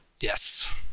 Yes